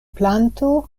planto